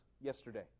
yesterday